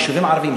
יישובים ערביים,